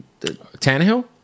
Tannehill